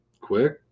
quick